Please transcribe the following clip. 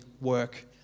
work